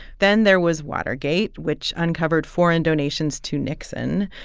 then there was watergate, which uncovered foreign donations to nixon.